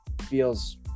feels